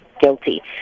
guilty